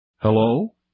Hello